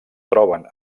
troben